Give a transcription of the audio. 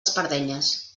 espardenyes